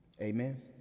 Amen